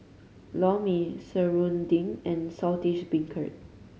Lor Mee serunding and Saltish Beancurd